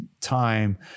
time